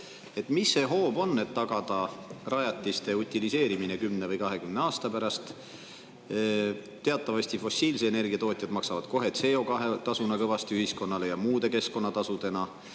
mis see hoob on, et tagada rajatiste utiliseerimine 10 või 20 aasta pärast. Teatavasti fossiilse energia tootjad maksavad kohe CO2-tasuna kõvasti ühiskonnale, muude keskkonnatasudena